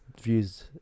views